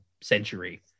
century